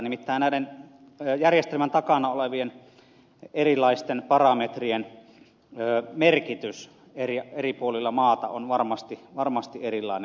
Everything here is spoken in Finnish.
nimittäin järjestelmän takana olevien erilaisten parametrien merkitys eri puolilla maata on varmasti erilainen